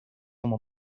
como